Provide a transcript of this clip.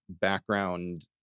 background